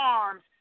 arms